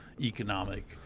economic